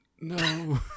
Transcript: No